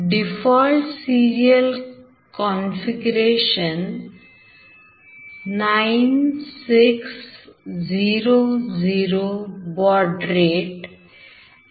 default serial configuration 9600 baud rate an 8 bits आहे